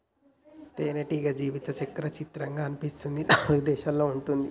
తేనెటీగ జీవిత చక్రం చిత్రంగా అనిపిస్తుంది నాలుగు దశలలో ఉంటుంది